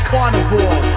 Carnivore